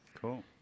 Cool